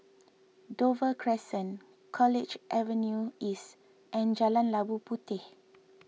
Dover Crescent College Avenue East and Jalan Labu Puteh